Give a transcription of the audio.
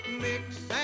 mix